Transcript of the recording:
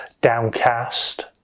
downcast